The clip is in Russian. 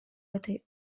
этой